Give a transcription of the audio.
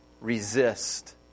resist